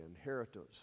inheritance